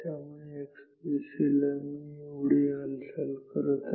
त्यामुळे x दिशेला मी एवढी हालचाल करत आहे